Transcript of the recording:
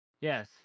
Yes